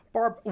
Barb